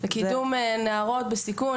בקידום נערות בסיכון,